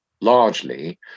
largely